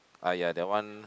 !aiya! that one